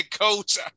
coach